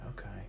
Okay